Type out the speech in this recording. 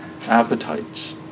appetites